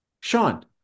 Sean